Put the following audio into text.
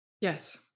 Yes